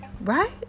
right